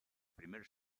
primer